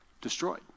destroyed